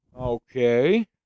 Okay